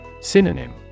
Synonym